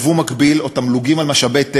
יבוא מקביל או תמלוגים על משאבי טבע,